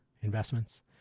investments